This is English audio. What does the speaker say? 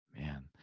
Man